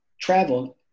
travel